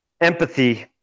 empathy